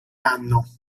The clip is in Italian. anno